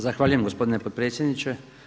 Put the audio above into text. Zahvaljujem gospodine potpredsjedniče.